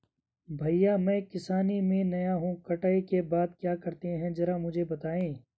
भैया मैं किसानी में नया हूं कटाई के बाद क्या करते हैं जरा मुझे बताएं?